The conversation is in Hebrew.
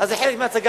אז זה חלק מההצגה.